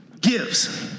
gives